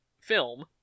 film